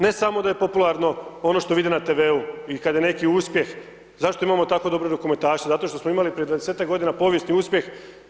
Ne samo da je popularno ono što vide na TV-u i kada je neki uspjeh zašto imamo tako dobre rukometaše, zato što smo imali prije 20-ak godina povijesni uspjeh.